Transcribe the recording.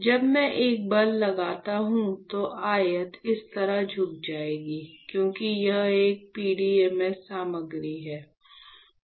जब मैं एक बल लगाता हूं तो आयत इस तरह झुक जाएगी क्योंकि यह एक PDMS सामग्री है